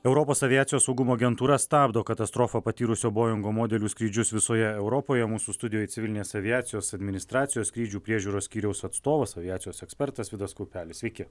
europos aviacijos saugumo agentūra stabdo katastrofą patyrusio boingo modelių skrydžius visoje europoje mūsų studijoj civilinės aviacijos administracijos skrydžių priežiūros skyriaus atstovas aviacijos ekspertas vidas kaupelis sveiki